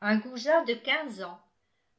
un goujat de quinze ans